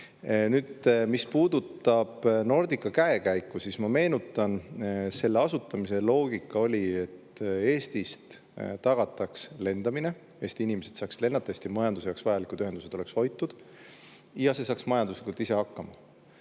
Nüüd, mis puudutab Nordica käekäiku, siis ma meenutan, et selle asutamise loogika oli, et tagataks Eestist lendamine, et Eesti inimesed saaksid lennata, et Eesti majanduse jaoks vajalikud ühendused oleks hoitud ja [ettevõte] saaks majanduslikult ise hakkama.